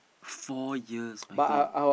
four years my god